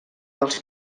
dels